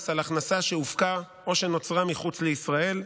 על הכנסה שהופקה או שנוצרה מחוץ לישראל,